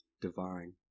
divine